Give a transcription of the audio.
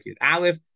Aleph